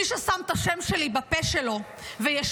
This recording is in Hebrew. מי ששם את השם שלי בפה שלו וישקר,